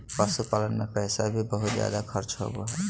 पशुपालन मे पैसा भी बहुत खर्च होवो हय